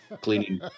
cleaning